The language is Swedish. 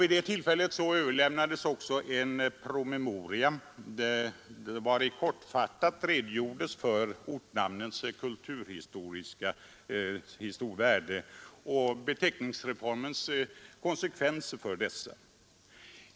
Vid det tillfället överlämnades också en promemoria, vari kortfattat redogjordes för ortnamnens kulturhistoriska värde och fastighetsregisterreformens konsekvenser för dessa.